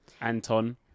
anton